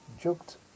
joked